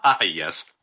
Yes